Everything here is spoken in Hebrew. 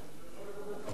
יכול לדבר לנצח.